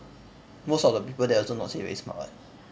most of the people there also not say very smart [what]